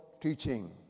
teaching